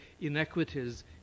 inequities